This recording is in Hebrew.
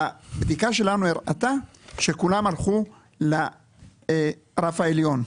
הבדיקה שלנו הראתה שכולם הלכו לרף העליון.